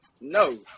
No